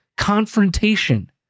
confrontation